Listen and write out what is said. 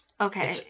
Okay